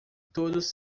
todos